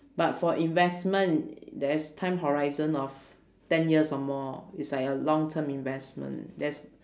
but for investment there's time horizon of ten years or more it's like a long term investment there's